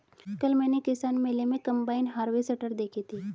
कल मैंने किसान मेले में कम्बाइन हार्वेसटर देखी थी